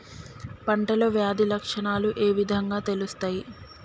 పంటలో వ్యాధి లక్షణాలు ఏ విధంగా తెలుస్తయి?